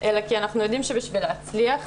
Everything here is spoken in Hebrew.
אלא כי אנחנו יודעים שבשביל להצליח,